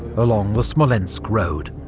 along the smolensk road.